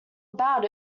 about